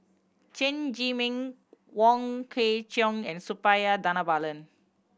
Chen Zhiming Wong Kwei Cheong and Suppiah Dhanabalan